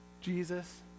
Jesus